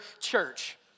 church